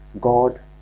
God